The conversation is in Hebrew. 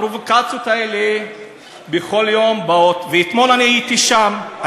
ההיסטוריה, עכשיו זמנך תם.